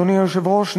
אדוני היושב-ראש,